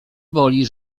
boli